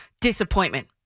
disappointment